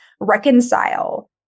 reconcile